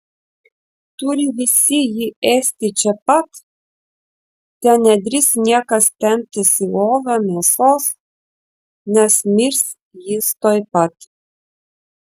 turi visi jį ėsti čia pat te nedrįs niekas temptis į olą mėsos nes mirs jis tuoj pat